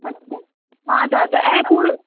अच्छा हा दादा ऐं पुर